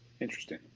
Interesting